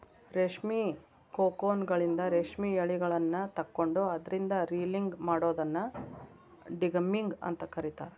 ರೇಷ್ಮಿ ಕೋಕೂನ್ಗಳಿಂದ ರೇಷ್ಮೆ ಯಳಿಗಳನ್ನ ತಕ್ಕೊಂಡು ಅದ್ರಿಂದ ರೇಲಿಂಗ್ ಮಾಡೋದನ್ನ ಡಿಗಮ್ಮಿಂಗ್ ಅಂತ ಕರೇತಾರ